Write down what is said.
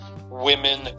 women